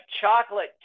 chocolate